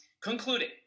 Concluding